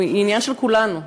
היא עניין של כולנו.